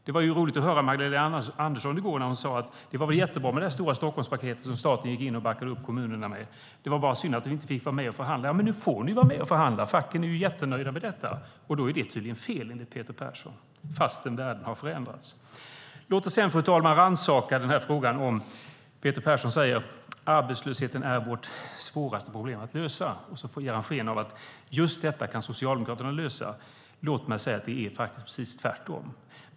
Det var roligt att höra Magdalena Andersson i går säga att det stora Stockholmspaketet som staten gick in och backade upp kommunerna med var jättebra, men att det var synd att de inte fick vara med och förhandla. Nu får ni vara med och förhandla, Peter Persson. Facken är jättenöjda med det, och då är det tydligen fel enligt Peter Persson, fastän världen har förändrats. Låt oss sedan, fru talman, rannsaka det som Peter Persson säger om arbetslösheten, att den är vårt svåraste problem att lösa. Sedan ger han sken av att just det kan Socialdemokraterna lösa. Låt mig säga att det faktiskt är precis tvärtom.